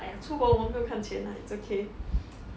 !aiya! 出国我们不用看钱啦 it's okay